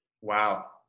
Wow